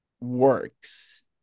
works